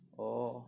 orh